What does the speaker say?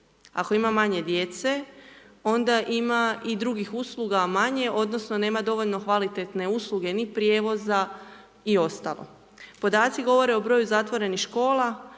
ako ima manje djece onda ima i drugih usluga manje odnosno nema dovoljno kvalitetne usluge ni prijevoza i ostalo. Podaci govore o broju zatvorenih škola,